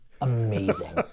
amazing